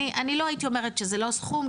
אני לא הייתי אומרת שזה לא סכום,